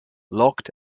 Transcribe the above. locked